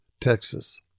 Texas